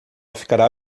ficará